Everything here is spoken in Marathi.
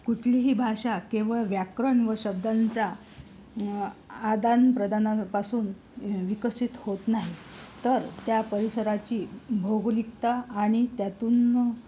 कुठलीही भाषा केवळ व्याकरण व शब्दांच्या आदानप्रदानांपासून विकसित होत नाही तर त्या परिसराची भौगोलिकता आणि त्यातून